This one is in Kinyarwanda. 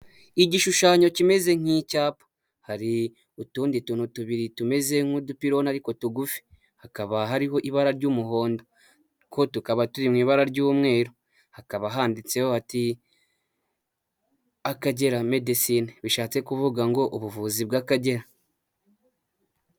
Igishushanyo kimeze nk'icyapa hari utundi tuntu tubiri tumeze nk'udupiloni ariko tugufi, hakaba hariho ibara ry'umuhondo two tukaba turi mu ibara ry'umweru, hakaba handitseho ati akagera medesine, bishatse kuvuga ngo ubuvuzi bw'akagera.